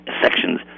sections